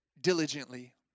diligently